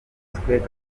kajugujugu